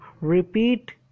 repeat